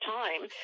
time